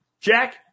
Jack